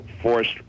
forced